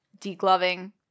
degloving